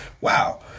wow